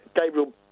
Gabriel